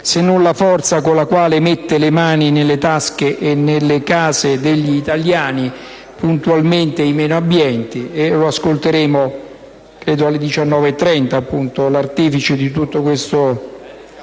se non la forza con la quale mette le mani nelle tasche e nelle case degli italiani (puntualmente dei meno abbienti).